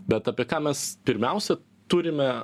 bet apie ką mes pirmiausia turime